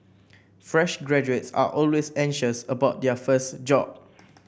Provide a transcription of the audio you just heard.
fresh graduates are always anxious about their first job